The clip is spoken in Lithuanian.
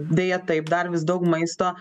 deja taip dar vis daug maisto